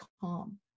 calm